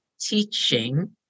teaching